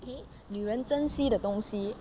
okay 女人珍惜的东西